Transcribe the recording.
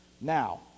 Now